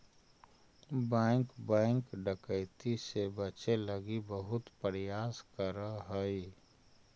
bank bank डकैती से बचे लगी बहुत प्रयास करऽ हइ